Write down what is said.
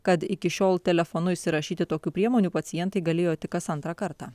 kad iki šiol telefonu įsirašyti tokių priemonių pacientai galėjo tik kas antrą kartą